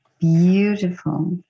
Beautiful